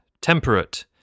temperate